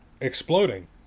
exploding